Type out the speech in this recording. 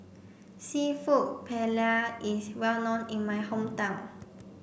Seafood Paella is well known in my hometown